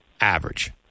average